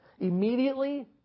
immediately